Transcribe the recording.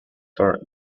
for